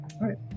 right